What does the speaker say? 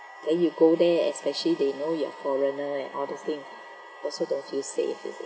then you go there especially they know you're foreigner and those thing also don't feel safe you see